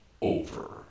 over